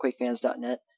QuakeFans.net